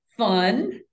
fun